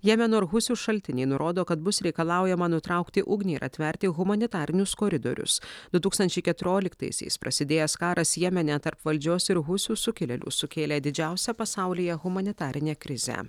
jemeno ir husių šaltiniai nurodo kad bus reikalaujama nutraukti ugnį ir atverti humanitarinius koridorius du tūkstančiai keturioliktaisiais prasidėjęs karas jemene tarp valdžios ir husių sukilėlių sukėlė didžiausią pasaulyje humanitarinę krizę